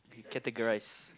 categorise